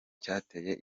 cyateye